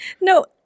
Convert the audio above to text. No